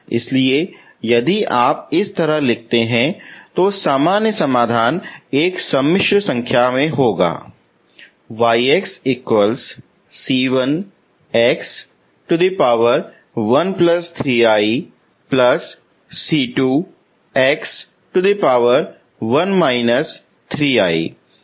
इसलिए यदि आप इस तरह लिखते हैं तो सामान्य समाधान एक जटिल रूप में है